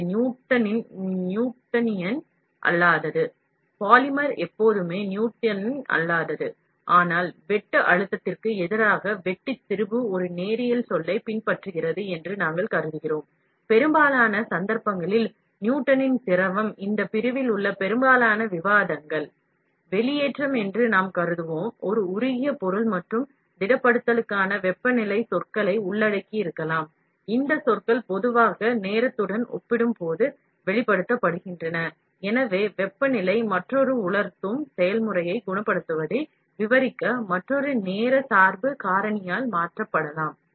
இது நியூட்டனியன் அல்லாதது பாலிமர் எப்போதுமே நியூட்டனியன் அல்லாதது ஆனால் பரப்பு அழுத்தம் மற்றும் பரப்பு திரிபு இரண்டும் நேரியலை பின்பற்றுகிறது என்று நாம் கருதுகிறோம் இந்தப் பிரிவில் உள்ள பெரும்பாலான கலந்துரையாடல்களில் உருகிய பொருளின் வெளியேற்றம் திடப்படுத்தலுக்கான வெப்பநிலையை உள்ளடக்கியிருக்கலாம் என்று கருதுவோம் இந்த வெப்பநிலை பொதுவாக நேரத்துடன் ஒப்பிடும்போது வெளிப்படுத்தப்படுகின்றன எனவே வெப்பநிலை மற்றொரு நேர சார்பு காரணியால் மாற்றப்படலாம்